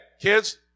kids